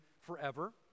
forever